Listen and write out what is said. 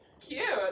Cute